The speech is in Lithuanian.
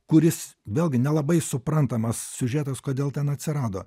kuris vėlgi nelabai suprantamas siužetas kodėl ten atsirado